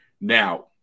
Now